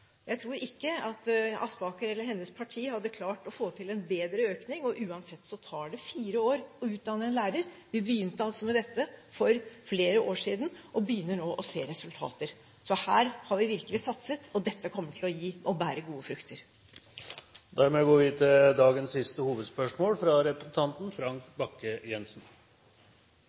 Jeg tror ikke representanten Aspaker eller hennes parti hadde klart å få til en bedre økning, og uansett så tar det fire år å utdanne en lærer. Vi begynte altså med dette for flere år siden og begynner nå å se resultater. Så her har vi virkelig satset, og dette kommer til å bære gode frukter. Dermed går vi til dagens siste hovedspørsmål.